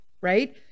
right